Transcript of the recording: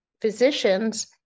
physicians